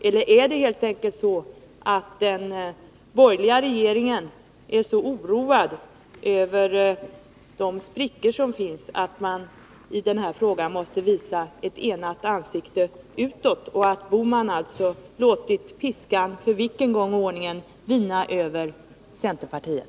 Eller är det helt enkelt så att den borgerliga regeringen är så oroad över de sprickor som finns att man i den här frågan måste visa ett enat ansikte utåt och att Bohman alltså låtit piskan — jag vet inte för vilken gång i ordningen — vina över centerpartiet?